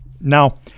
Now